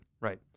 Right